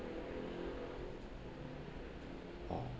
oh